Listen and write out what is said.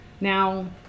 Now